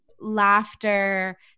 laughter